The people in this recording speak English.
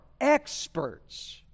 experts